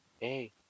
Hey